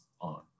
on